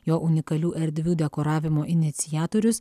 jo unikalių erdvių dekoravimo iniciatorius